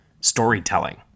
Storytelling